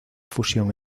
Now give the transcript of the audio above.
fusión